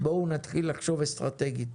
בואו נתחיל לחשוב אסטרטגית.